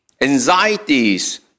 anxieties